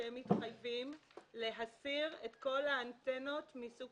שהם מתחייבים להסיר את כל האנטנות מסוג